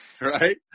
right